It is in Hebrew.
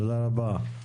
תודה רבה.